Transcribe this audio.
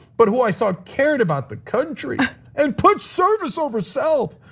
but who i thought cared about the country and put service over self.